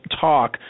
talk